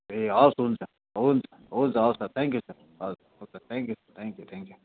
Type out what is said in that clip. ए हवस् हुन्छ हुन्छ हुन्छ हवस् सर थ्याङ्क यू सर हवस् हुन्छ thank you sir thank you thank you